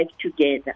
together